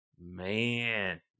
man